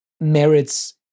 merits